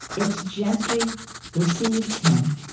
it gently receives him,